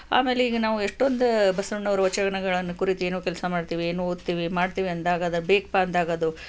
ಆಮೇಲೆ ಈಗ ನಾವು ಎಷ್ಟೊಂದು ಬಸವಣ್ಣವ್ರ ವಚನಗಳನ್ನು ಕುರಿತು ಏನೋ ಕೆಲಸ ಮಾಡ್ತೀವಿ ಏನೋ ಓದ್ತೀವಿ ಮಾಡ್ತೀವಿ ಅಂದಾಗ ಅದು ಬೇಕಪ್ಪ ಅಂದಾಗ ಅದು